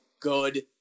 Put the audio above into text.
Good